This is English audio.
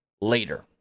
later